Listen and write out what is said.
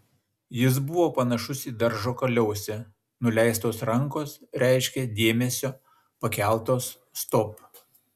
jis buvo panašus į daržo kaliausę nuleistos rankos reiškė dėmesio pakeltos stop